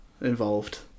involved